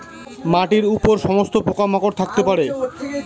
মাটির উপর সমস্ত পোকা মাকড় থাকতে পারে